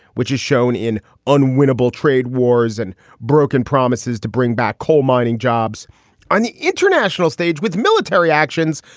which is shown in unwinnable trade wars and broken promises to bring back coal mining jobs on the international stage with military actions,